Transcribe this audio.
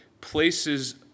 places